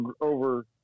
over